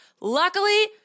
Luckily